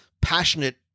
passionate